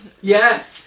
Yes